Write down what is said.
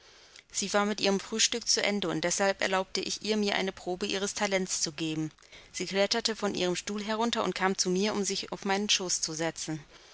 sie war mit ihrem frühstück zu ende und deshalb erlaubte ich ihr mir eine probe ihres talents zu geben sie kletterte von ihrem stuhl herunter und kam zu mir um sich auf meinen schoß zu setzen